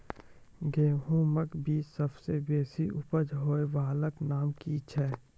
गेहूँमक बीज सबसे बेसी उपज होय वालाक नाम की छियै?